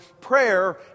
Prayer